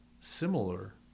similar